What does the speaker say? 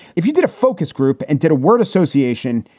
if you did a focus group and did a word association,